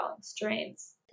strains